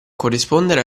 corrispondere